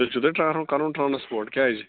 تیٚلہِ چھُ تۄہہِ ٹرٛاوُل کرُن ٹرٛانٕسپوٹ کیٛازِ